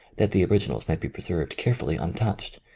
that the orig inals might be preserved carefully un touched,